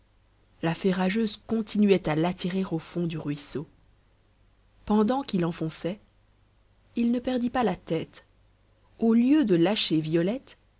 la fée rageuse continuait à l'attirer au fond du ruisseau pendant qu'il enfonçait il ne perdit pas la tête au lieu de lâcher violette